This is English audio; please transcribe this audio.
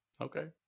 Okay